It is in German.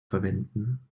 verwenden